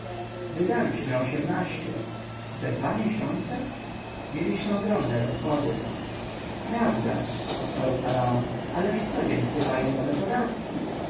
wydaliśmy osiemnaście we dwa miesiące mieliśmy ogromne rozchody prawda odparł faraon ależ codzień wpływają podatki